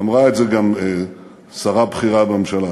אמרה את זה גם שרה בכירה בממשלה,